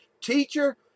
Teacher